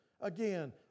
again